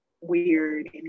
weird